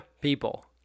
people